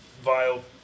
vile